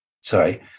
Sorry